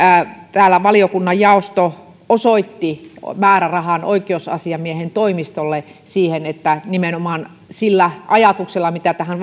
täällä valiokunnan jaosto osoitti määrärahan oikeusasiamiehen toimistolle nimenomaan sillä ajatuksella mitä tähän